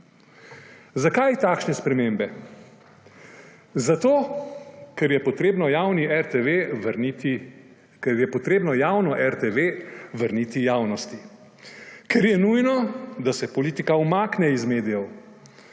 Zakaj takšne spremembe? Zato, ker je treba javno RTV vrniti javnosti, ker je nujno, da se politika umakne iz medijev,